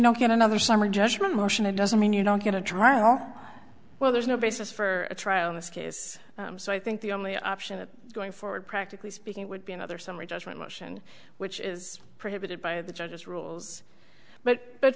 know get another summary judgment motion it doesn't mean you don't get a trial well there's no basis for a trial in this case so i think the only option of going forward practically speaking would be another summary judgment motion which is predicted by the judges rules but but